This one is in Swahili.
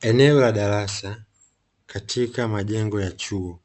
Eneo la darasa katika majengo ya chuo